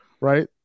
right